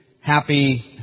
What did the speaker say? happy